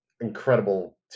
Incredible